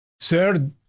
Third